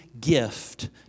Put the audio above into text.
gift